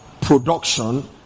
production